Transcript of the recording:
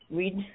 read